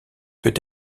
peut